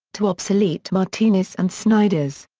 to obsolete martinis and snyders.